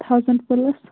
thousand plus